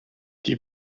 die